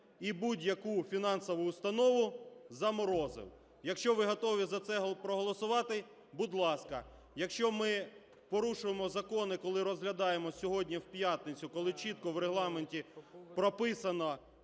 і будь-яку фінансову установу заморозив. Якщо ви готові за це проголосувати, будь ласка. Якщо ми порушуємо закони, коли розглядаємо сьогодні в п'ятницю, коли чітко в Регламенті прописано